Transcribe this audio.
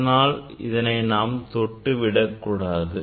அதனால் இதை நாம் தொட்டு விடக்கூடாது